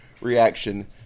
reaction